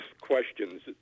questions